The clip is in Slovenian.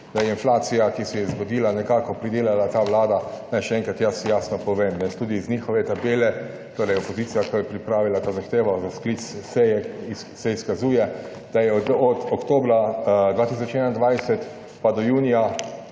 da je inflacija, ki se je zgodila, nekako pridelala ta Vlada, naj še enkrat jaz jasno povem. Tudi iz njihove tabele, torej opozicija, ki je pripravila to zahtevo za sklic seje, se izkazuje, da je od oktobra 2021 pa do junija